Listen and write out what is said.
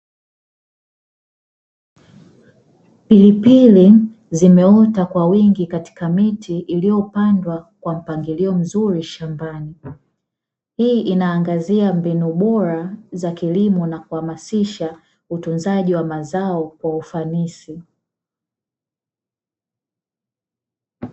Pilipili zimeota kwa wingi katika miti iliyopandwa kwa mpangilio mzuri shambani. Hii inaangazia mbinu bora za kilimo na kuhamisisha utunzaji wa mazao kwa ufanisi .